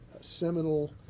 seminal